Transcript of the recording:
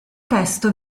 testo